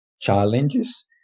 challenges